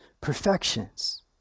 perfections